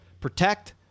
protect